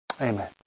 Amen